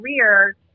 career